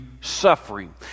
suffering